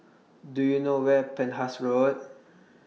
Do YOU know Where Penhas Road